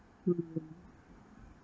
mm